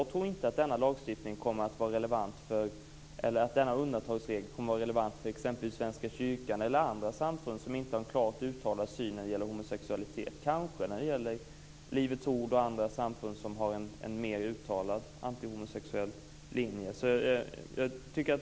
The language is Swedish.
Jag tror inte att denna undantagsregel kommer att vara relevant för exempelvis Svenska kyrkan eller andra samfund som inte har en så klart uttalad syn på homosexualitet. Det kanske är så när det gäller Livets ord och andra samfund som har en mer uttalad antihomosexuell linje.